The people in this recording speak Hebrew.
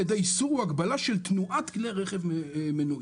על ידי איסור או הגבלה של תנועת כלי רכב מנועי.